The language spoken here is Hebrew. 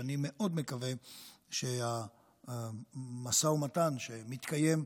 ואני מאוד מקווה שהמשא ומתן שמתקיים,